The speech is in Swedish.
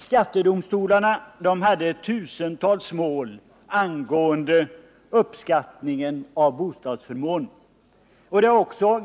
Skattedomstolarna hade tusentals mål angående uppskattningen av bostadsförmånen.